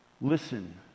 Listen